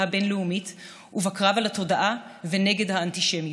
הבין-לאומית ובקרב על התודעה ונגד האנטישמיות,